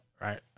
right